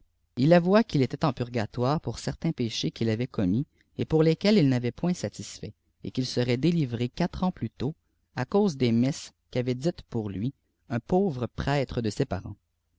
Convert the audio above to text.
il avoua qu'il était en purgatoire pour certains péchés qu'il avait commis et pour lesquels il n'avait point satisfait et qu'il serait délivréquatre ans plus tôt à cause des messes qu'avait dites pour lui un pauvre prêtre de ses parents